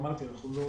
אמרתי שאנחנו לא